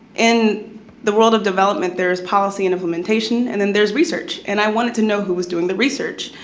in the world of development, there is policy and implementation, and then there's research, and i wanted to know who was doing the research.